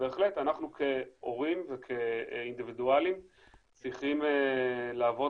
ובהחלט אנחנו כהורים וכאינדיבידואלים צריכים לעבוד